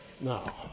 Now